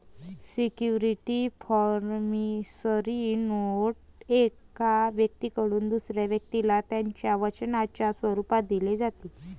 security promissory note एका व्यक्तीकडून दुसऱ्या व्यक्तीला त्याच्या वचनाच्या स्वरूपात दिली जाते